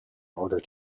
order